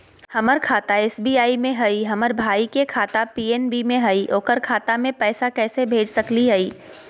हमर खाता एस.बी.आई में हई, हमर भाई के खाता पी.एन.बी में हई, ओकर खाता में पैसा कैसे भेज सकली हई?